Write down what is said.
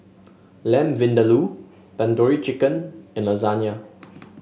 Lamb Vindaloo Tandoori Chicken and Lasagne